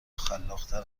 خلاقتر